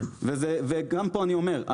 גם פה אני אומר,